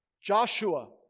Joshua